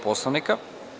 Poslovnika?